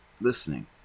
listening